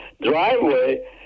Driveway